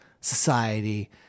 society